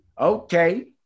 Okay